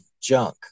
junk